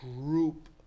group